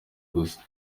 gusa